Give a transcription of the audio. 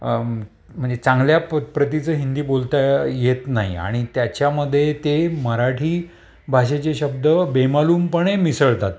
म्हणजे चांगल्या प प्रतीचं हिंदी बोलता येत नाही आणि त्याच्यामध्ये ते मराठी भाषेचे शब्द बेमालूमपणे मिसळतात